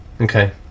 Okay